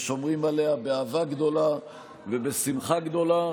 ושומרים עליה באהבה גדולה ובשמחה גדולה.